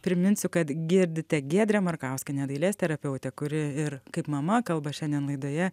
priminsiu kad girdite giedrę markauskienę dailės terapeutę kuri ir kaip mama kalba šiandien laidoje